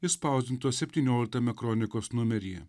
išspausdintos septynioliktame kronikos numeryje